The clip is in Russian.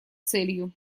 целью